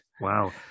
Wow